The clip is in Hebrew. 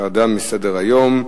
ירדה מסדר-היום.